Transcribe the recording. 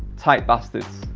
tight bastards!